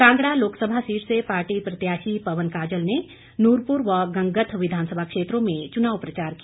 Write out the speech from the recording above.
Kangra Lok Sabha seat से party प्रत्याशी पवन काजल ने नुरपूर व गंगथ विधानसभा क्षेत्रों में चुनाव प्रचार किया